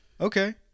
okay